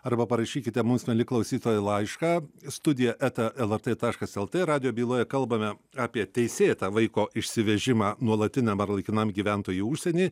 arba parašykite mums mieli klausytojai laišką studija eta lrt taškas lt radijo byloja kalbame apie teisėtą vaiko išsivežimą nuolatiniam ar laikinam gyvent į užsienį